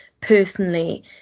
personally